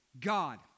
God